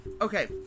Okay